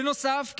בנוסף,